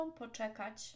poczekać